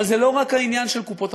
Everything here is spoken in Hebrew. אבל זה לא רק העניין של קופות-החולים.